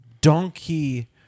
donkey